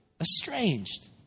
estranged